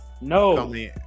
No